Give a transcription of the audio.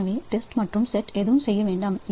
எனவே டெஸ்ட் மற்றும் set lock எதுவும் செய்ய வேண்டாம்